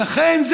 ולכן,